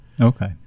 Okay